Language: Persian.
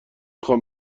خوام